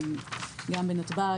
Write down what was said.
גם בנתב"ג.